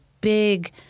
big